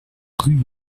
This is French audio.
rue